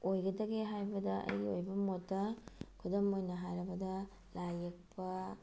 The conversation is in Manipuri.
ꯑꯣꯏꯒꯗꯒꯦ ꯍꯥꯏꯕꯗ ꯑꯩꯒꯤ ꯑꯣꯏꯕ ꯃꯣꯠꯇ ꯈꯨꯗꯝ ꯑꯣꯏꯅ ꯍꯥꯏꯔꯕꯗ ꯂꯥꯏꯌꯦꯛꯄ